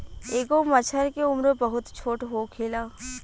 एगो मछर के उम्र बहुत छोट होखेला